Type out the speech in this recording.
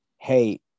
Hey